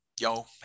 Yo